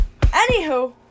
Anywho